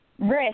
risk